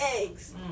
eggs